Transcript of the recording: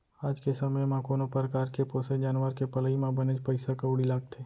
आज के समे म कोनो परकार के पोसे जानवर के पलई म बनेच पइसा कउड़ी लागथे